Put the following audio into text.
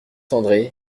andré